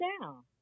down